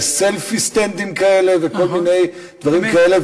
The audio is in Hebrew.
סלפי-סטנדים כאלה וכל מיני דברים כאלה,